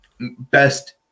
best